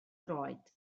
droed